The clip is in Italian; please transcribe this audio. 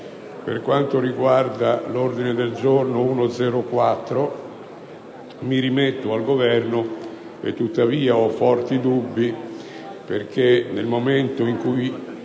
Per quanto concerne l'ordine del giorno G104, mi rimetto al Governo. Ho peraltro forti dubbi, perché nel momento in cui